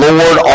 Lord